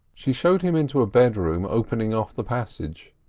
she showed him into a bedroom opening off the passage.